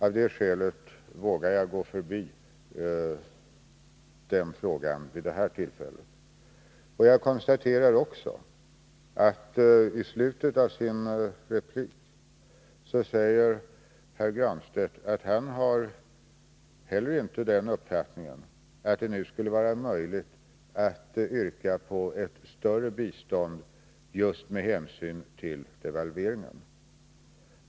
Av det skälet vågar jag vid det här tillfället gå förbi den frågan. I slutet av sin replik sade Pär Granstedt att han inte har den uppfattningen att det nu skulle vara möjligt att yrka på ett större u-landsbistånd just med hänsyn till devalveringen.